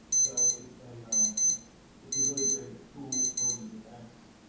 so it's a um it's a really great tool for these events